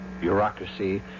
bureaucracy